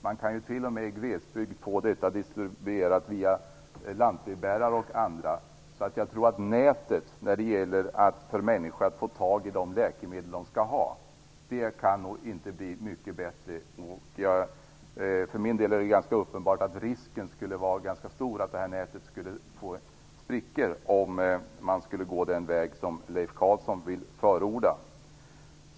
Man kan t.o.m. i glesbygd få dessa varor distribuerade via lantbrevbärare och andra. Jag tror alltså att nätet när det gäller för människor att få tag i de läkemedel de skall ha inte kan bli mycket bättre. För min del är det uppenbart att risken skulle vara ganska stor att det här nätet får sprickor om man går den väg som Leif Carlson vill förorda.